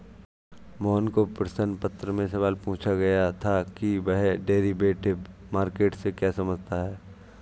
मोहन को प्रश्न पत्र में सवाल पूछा गया था कि वह डेरिवेटिव मार्केट से क्या समझता है?